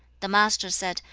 the master said,